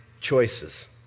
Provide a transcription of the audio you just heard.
choices